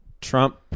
Trump